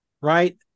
right